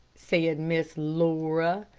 said miss laura.